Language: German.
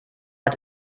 hat